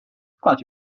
glad